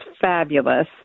fabulous